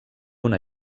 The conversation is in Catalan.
una